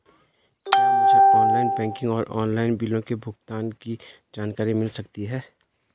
क्या मुझे online banking और ऑनलाइन बिलों के भुगतान की जानकारी मिल सकता है?